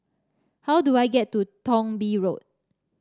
how do I get to Thong Bee Road